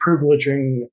privileging